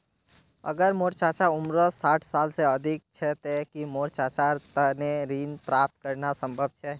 अगर मोर चाचा उम्र साठ साल से अधिक छे ते कि मोर चाचार तने ऋण प्राप्त करना संभव छे?